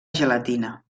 gelatina